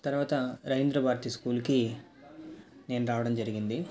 తరువాత రవీంద్ర భారతి స్కూల్కి నేను రావడం జరిగింది